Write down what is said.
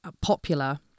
popular